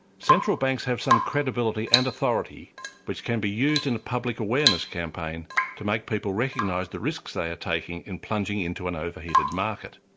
central banks have some credibility and authority which can be used in a public awareness campaign to make people recognise the risks they are taking in plunging into an overheated market.